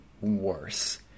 worse